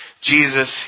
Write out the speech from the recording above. Jesus